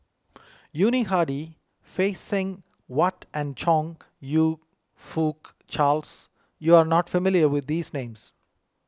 Yuni Hadi Phay Seng Whatt and Chong You Fook Charles you are not familiar with these names